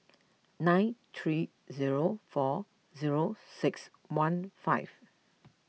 nine three zero four zero six one five